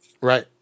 Right